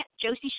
Josie